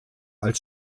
als